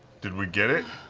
did we get it?